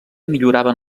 milloraven